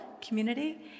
Community